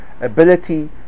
ability